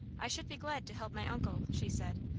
i should be glad to help my uncle, she said,